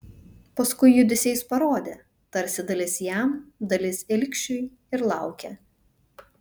paskui judesiais parodė tarsi dalis jam dalis ilgšiui ir laukė